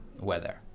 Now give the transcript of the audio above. weather